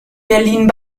berlin